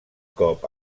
cop